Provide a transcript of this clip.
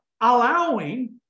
allowing